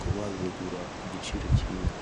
kuba wabigura ku giciro cyiza.